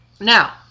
Now